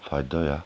फायदा होएआ